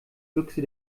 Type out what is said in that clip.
büchse